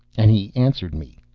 and he answered me,